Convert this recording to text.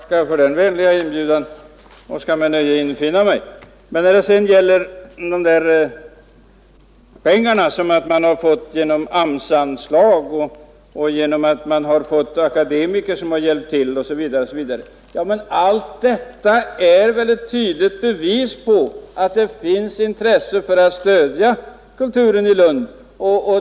Fru talman! Jag tackar för den vänliga inbjudan och skall med nöje infinna mig. Men pengarna som man har fått genom AMS-anslag, att man har fått akademiker som hjälpt till osv., allt detta är väl tydliga bevis på att det finns intresse för att stödja Kulturen i Lund.